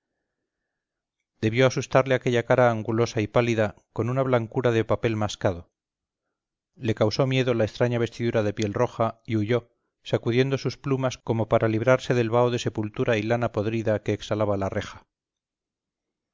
debió asustarle aquella cara angulosa y pálida con una blancura de papel mascado le causó miedo la extraña vestidura de pielroja y huyó sacudiendo sus plumas como para librarse del vaho de sepultura y lana podrida que exhalaba la reja